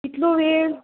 इतलो वेळ